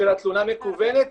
של התלונה המקוונת,